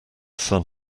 sun